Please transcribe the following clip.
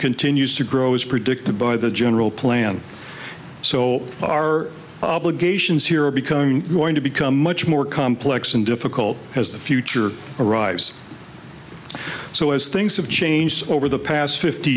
continues to grow as predicted by the general plan so our obligations here are becoming going to become much more complex and difficult as the future arrives so as things have changed over the past fifty